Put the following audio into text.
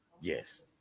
Yes